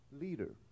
leader